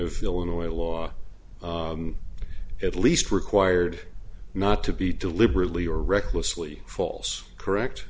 of illinois law at least required not to be deliberately or recklessly falls correct